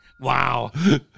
Wow